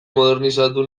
modernizatu